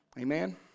Amen